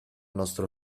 nostro